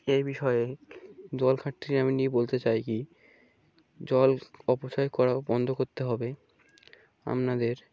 এই বিষয়ে জল ঘাটতি কে ব আমি নিয়ে বলতে চাই কি জল অপচয় করা বন্ধ করোত্তে হবে আমনাদের